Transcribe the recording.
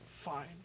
fine